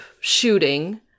shooting